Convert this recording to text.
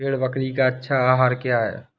भेड़ बकरी का अच्छा आहार क्या है?